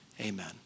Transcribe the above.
Amen